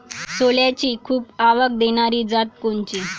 सोल्याची खूप आवक देनारी जात कोनची?